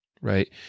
right